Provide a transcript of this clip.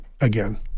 again